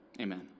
Amen